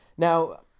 Now